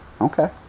Okay